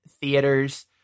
theaters